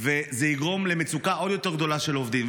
וזה יגרום למצוקה עוד יותר גדולה של עובדים.